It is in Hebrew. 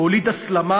שהוליד הסלמה,